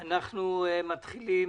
אנחנו מתחילים